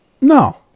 No